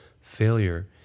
failure